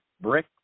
brick